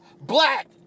Black